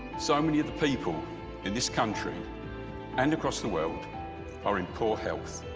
so many of the people in this country and across the world are in poor health,